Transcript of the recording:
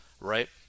right